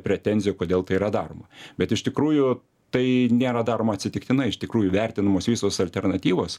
pretenzijų kodėl tai yra daroma bet iš tikrųjų tai nėra daroma atsitiktinai iš tikrųjų vertinamos visos alternatyvos